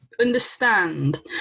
understand